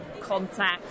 contact